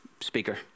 speaker